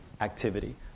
activity